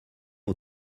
aux